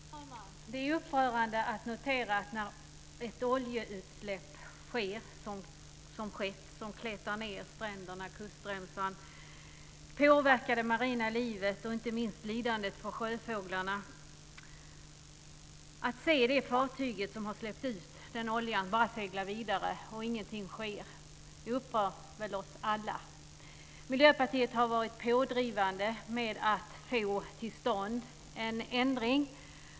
Fru talman! Det är upprörande att notera att när ett oljeutsläpp sker och kletar ned stränderna och kustremsan, påverkar det marina livet och inte minst förorsakar lidande för sjöfåglarna så seglar fartyget som har släppt ut oljan bara vidare. Ingenting sker. Det upprör väl oss alla. Miljöpartiet har varit pådrivande med att få till stånd en ändring.